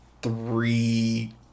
three